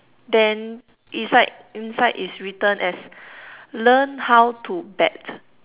then inside inside is written as learn how to bat